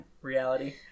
reality